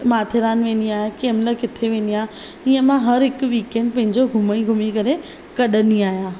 माथेरान वेंदी आहियां किंहिं महिल किथे वेंदी आहियां हीअं मां हर हिकु वीकेंड पंहिंजो घुमी घुमी करे कढंदी आहियां